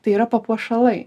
tai yra papuošalai